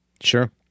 Sure